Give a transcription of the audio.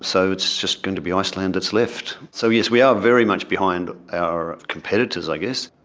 so it's just going to be iceland that's left. so yes, we are very much behind our competitors i guess.